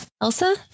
Elsa